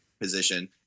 position